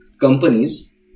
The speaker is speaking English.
companies